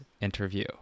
interview